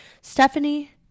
stephanie